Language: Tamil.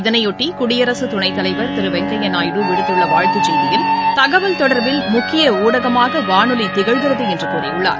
இதனையொட்டி குடியரசு துனைத்தலைவர் திரு வெங்கையா நாயுடு விடுத்துள்ள வாழ்த்துச் செய்தியில் தகவல் தொடர்பில் முக்கிய ஊடகமாக வானொலி திகழ்கிறது என்று கூறியுள்ளார்